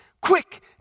Quick